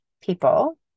people